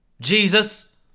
Jesus